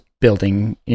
building